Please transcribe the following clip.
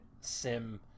sim